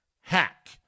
hack